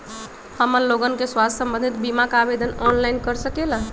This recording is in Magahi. हमन लोगन के स्वास्थ्य संबंधित बिमा का आवेदन ऑनलाइन कर सकेला?